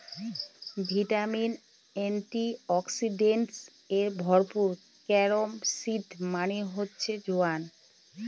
vitamin, antioxidants এ ভরপুর carom seed মানে হচ্ছে জোয়ান